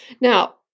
Now